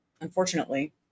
Unfortunately